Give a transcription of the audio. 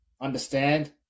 understand